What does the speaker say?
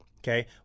Okay